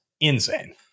insane